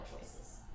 choices